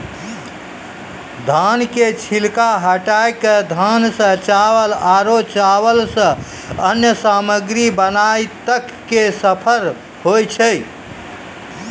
धान के छिलका हटाय कॅ धान सॅ चावल आरो चावल सॅ अन्य सामग्री बनाय तक के सफर होय छै